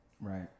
Right